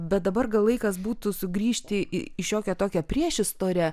bet dabar gal laikas būtų sugrįžti į šiokią tokią priešistorę